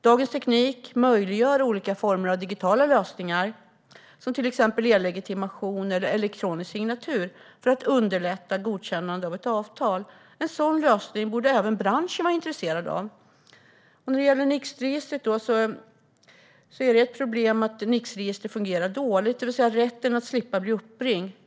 Dagens teknik möjliggör olika former av digitala lösningar, till exempel e-legitimation eller elektronisk signatur, för att underlätta godkännande av ett avtal. En sådan lösning borde även branschen vara intresserad av. När det gäller Nixregistret - det vill säga rätten att slippa bli uppringd - är det ett problem att detta fungerar dåligt.